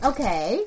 Okay